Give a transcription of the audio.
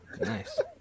Nice